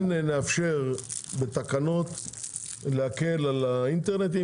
תפעולית אי-אפשר לעמוד בזה.